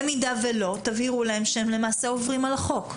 במידה שלא, תבהירו להם שהם למעשה עוברים על החוק.